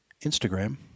Instagram